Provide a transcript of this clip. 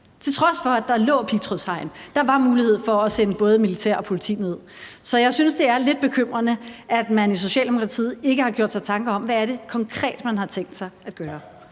til trods for at der lå pigtrådshegn og der var mulighed for at sende både militær og politi derned. Så jeg synes, det er lidt bekymrende, at man i Socialdemokratiet ikke har gjort sig tanker om, hvad det er, man konkret har tænkt sig at gøre.